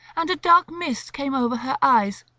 and a dark mist came over her eyes,